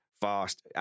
fast